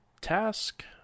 task